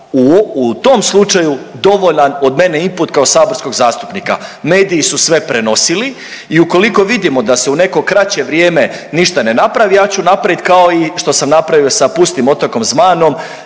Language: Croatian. u tom slučaju dovoljan od mene input kao saborskog zastupnika. Mediji su sve prenosili. I ukoliko vidimo da se u neko kraće vrijeme ništa ne napravi ja ću napravit kao i što sam napravio sa pustim otokom Zmanom,